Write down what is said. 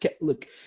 look